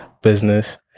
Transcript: business